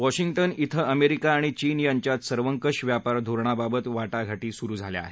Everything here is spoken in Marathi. वॉशिंग्टन ध्वे अमेरिका आणि चीन यांच्यात सर्वकष व्यापार धोरणाबाबत वाटाघाटी सुरु झाल्या आहेत